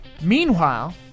meanwhile